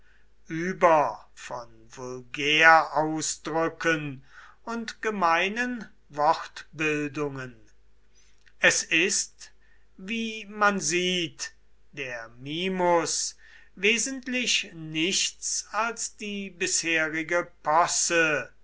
über von vulgärausdrücken und gemeinen wortbildungen es ist wie man sieht der mimus wesentlich nichts als die bisherige posse